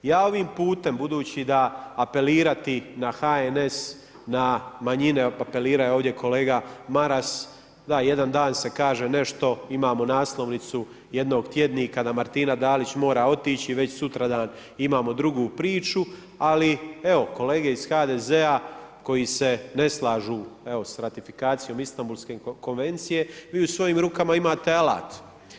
Ja ovim putem, budući da apelirati na HNS, na manjine, apelirao je ovdje kolega Maras, da jedan dan se kaže nešto, imamo naslovnicu jednog tjednika da Martina Dalić mora otići, već sutradan imamo drugu priču, ali evo, kolege iz HDZ-a koji se ne slažu sa ratifikacijom Istanbulske konvencije, vi u svojim rukama imate alat.